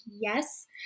yes